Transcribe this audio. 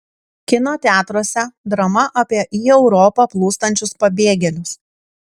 kino teatruose drama apie į europą plūstančius pabėgėlius